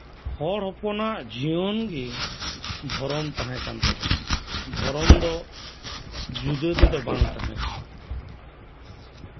ᱦᱚᱲ ᱦᱚᱯᱚᱱᱟᱜ ᱡᱤᱭᱚᱱ ᱜᱮ ᱫᱷᱚᱨᱚᱢ ᱛᱟᱸᱦᱮᱠᱟᱱ ᱛᱟᱵᱳᱱᱟ ᱫᱷᱚᱨᱚᱢ ᱫᱚ ᱡᱩᱫᱟᱹ ᱛᱮᱫᱚ ᱵᱟᱝ ᱛᱟᱸᱦᱮ ᱠᱟᱱᱟ